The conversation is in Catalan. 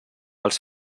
els